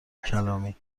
کلامی